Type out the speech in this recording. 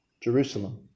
Jerusalem